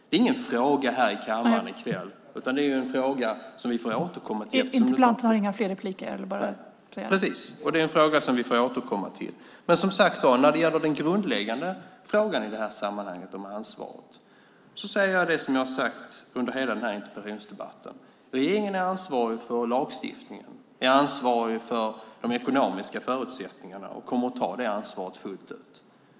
Det är ingen fråga här i kammaren i kväll. Det är ju en fråga som vi får återkomma till. Precis, och det är en fråga som vi får återkomma till. När det gäller den grundläggande frågan om ansvaret säger jag det som jag har sagt under hela den här interpellationsdebatten: Regeringen är ansvarig för lagstiftningen och för de ekonomiska förutsättningarna och kommer att ta det ansvaret fullt ut.